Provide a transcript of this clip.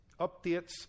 updates